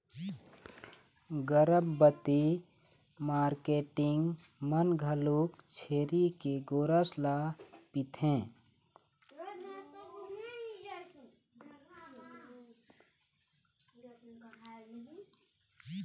गरभबती मारकेटिंग मन घलोक छेरी के गोरस ल पिथें